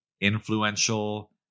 influential